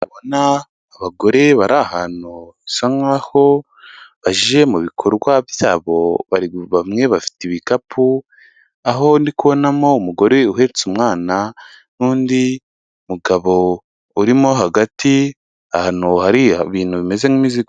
Ndabona abagore bari ahantu, bisa nkaho baje mu bikorwa byabo. Bamwe bafite ibikapu, aho ndi kubonamo umugore uhetse umwana, n'undi mugabo urimo hagati, ahantu hari ibintu bimeze nk'imizigo.